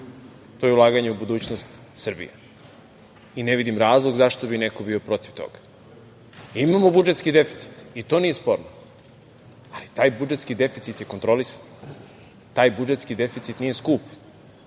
to je ulaganje u budućnost Srbije. I ne vidim razlog zašto bi neko bio protiv toga? Imamo budžetski deficit i to nije sporno, ali taj budžetski deficit je kontrolisan, taj budžetski deficit nije skup,